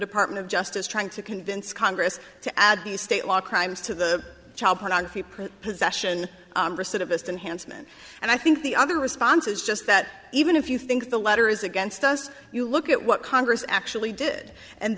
department of justice trying to convince congress to add the state law crimes to the child pornography possession recidivist unhandsome and and i think the other response is just that even if you think the letter is against us you look at what congress actually did and